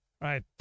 right